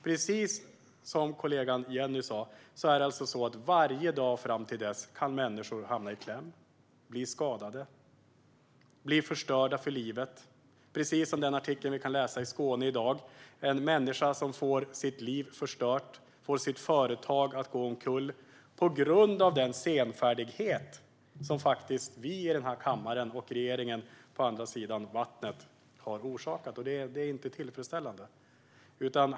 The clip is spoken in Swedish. Precis som kollegan Jenny sa kan människor varje dag fram till dess hamna i kläm, bli skadade och bli förstörda för livet. Precis detta kan vi läsa om i en artikel i Skåne i dag, alltså om en människa som får sitt liv förstört och vars företag går omkull på grund av senfärdighet från oss i denna kammare och från regeringen på andra sidan om vattnet. Det är inte tillfredsställande.